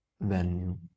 venue